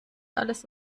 alles